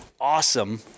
awesome